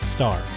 Star